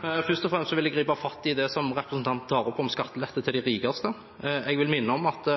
Først og fremst vil jeg gripe fatt i det som representanten tar opp om skattelette til de rikeste. Jeg vil minne om at